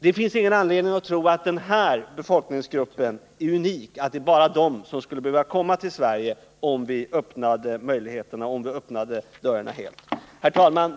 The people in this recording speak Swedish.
Det finns ingen anledning att tro att de här befolkningsgrupperna är unika, så att det bara är de som skulle behöva komma till Sverige. om vi kunda öppna dörren helt. Herr talman!